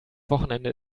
wochenende